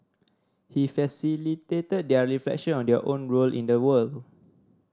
he facilitated their reflection on their own role in the world